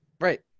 Right